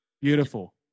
Beautiful